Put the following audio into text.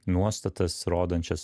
nuostatas rodančias